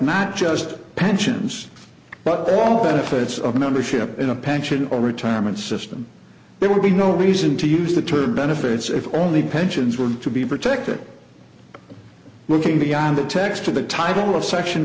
not just pensions but they're all benefits of membership in a pension or retirement system there would be no reason to use the term benefits if only pensions were to be protected looking beyond the text of the title of section